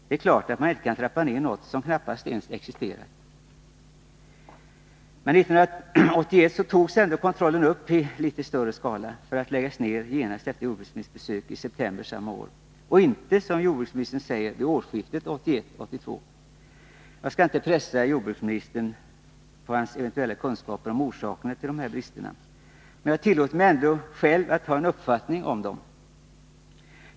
Det är klart att man inte kan trappa ned något som knappast existerar. Men 1981 togs ändå kontrollen upp igen i något större skala — för att läggas ned genast efter jordbruksministerns besök i september samma år, och inte, som jordbruksministern säger, vid årsskiftet 1981-1982. Jag skall inte pressa jordbruksministern på hans eventuella kunskap om orsakerna till dessa brister, men jag tillåter mig ändå själv att ha en uppfattning om dem.